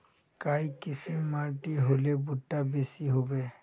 काई किसम माटी होले भुट्टा बेसी होबे?